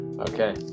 okay